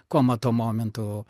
koma tuo momentu